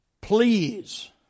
Please